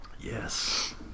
Yes